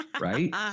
right